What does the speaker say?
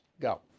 go